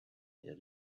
they